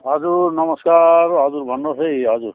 हजुर नमस्कार हजुर भन्नुहोस् है हजुर